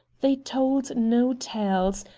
they told no tales,